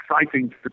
exciting